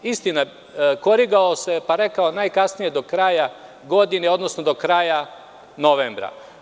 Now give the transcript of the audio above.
Istina, korigovao se pa je rekao – najkasnije do kraja godine, odnosno do kraja novembra.